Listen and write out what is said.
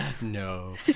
No